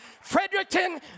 Fredericton